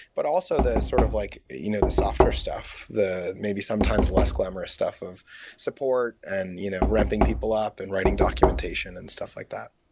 but also, the sort of like you know the software stuff, the maybe sometimes less glamorous stuff of support and you know repping people up and writing documentation and stuff like that.